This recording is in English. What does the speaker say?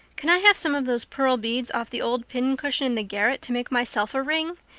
can i have some of those pearl beads off the old pincushion in the garret to make myself a ring?